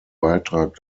beitrag